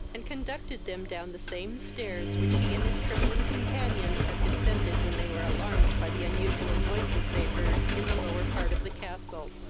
and conducted them down the same stairs which he and his trembling companions had descended when they were alarmed by the unusual noises they heard in the lower part of the castle.